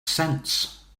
sense